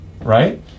right